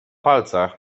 palcach